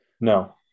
no